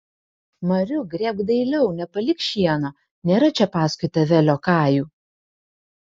mariuk grėbk dailiau nepalik šieno nėra čia paskui tave liokajų